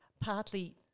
partly